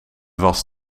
was